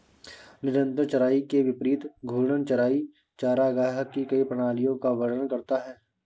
निरंतर चराई के विपरीत घूर्णन चराई चरागाह की कई प्रणालियों का वर्णन करता है